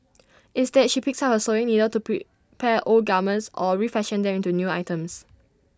instead she picks up sewing needle to prepare old garments or refashion them into new items